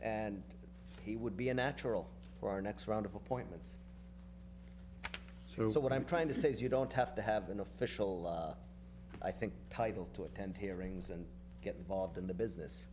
and he would be a natural for our next round of appointments so what i'm trying to say is you don't have to have an official i think title to attend hearings and get involved in the business